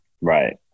Right